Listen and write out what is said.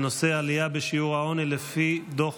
והנושא: עלייה בשיעור העוני לפי דוח